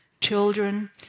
children